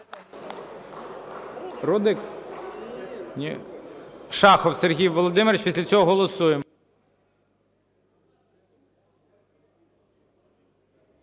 ГОЛОВУЮЧИЙ. Шахов Сергій Володимирович. Після цього голосуємо.